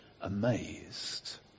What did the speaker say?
amazed